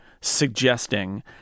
suggesting